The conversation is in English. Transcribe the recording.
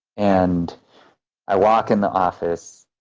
and i walk in the office,